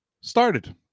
started